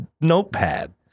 notepad